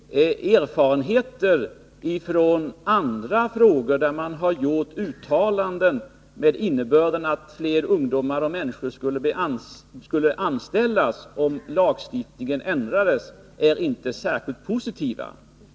Erfarenheterna från andra frågor där det gjorts uttalanden med innebörden att fler människor skulle anställas om lagstiftningen ändrades, är inte särskilt positiva.